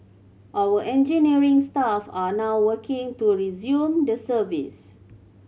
our engineering staff are now working to resume the service